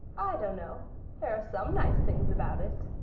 i don't know there are some nice things about it,